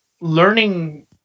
learning